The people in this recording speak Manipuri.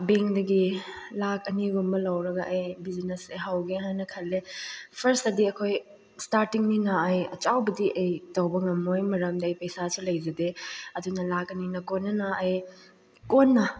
ꯕꯦꯡꯗꯒꯤ ꯂꯥꯛ ꯑꯅꯤꯒꯨꯝꯕ ꯂꯧꯔꯒ ꯑꯩ ꯕꯤꯖꯤꯅꯦꯁꯁꯦ ꯍꯧꯒꯦ ꯍꯥꯏꯅ ꯈꯜꯂꯦ ꯐꯔꯁꯇꯗꯤ ꯑꯩꯈꯣꯏ ꯏꯁꯇꯥꯔꯠꯇꯤꯡꯅꯤꯅ ꯑꯩ ꯑꯆꯧꯕꯗꯤ ꯑꯩ ꯇꯧꯕ ꯉꯝꯃꯣꯏ ꯃꯔꯝꯗꯤ ꯑꯩ ꯄꯩꯁꯥꯁꯨ ꯂꯩꯖꯗꯦ ꯑꯗꯨꯅ ꯂꯥꯛ ꯑꯅꯤꯅ ꯀꯣꯟꯅꯅ ꯑꯩ ꯀꯣꯟꯅ